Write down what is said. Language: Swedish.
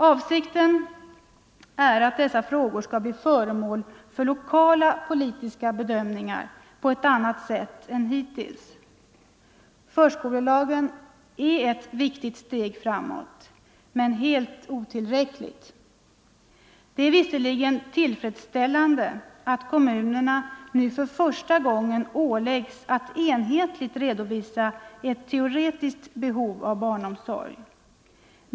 Avsikten är att dessa frågor skall bli föremål för lokala politiska bedömningar på ett annat sätt än hittills. Förskolelagen är ett viktigt steg framåt, men helt otillräckligt. Det är visserligen tillfredsställande att kommunerna nu för första gången åläggs att enhetligt redovisa ett teoretiskt behov av barnomsorg.